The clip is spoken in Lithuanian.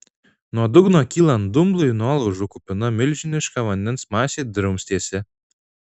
nuo dugno kylant dumblui nuolaužų kupina milžiniška vandens masė drumstėsi